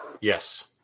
Yes